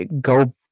go